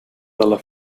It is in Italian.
dalla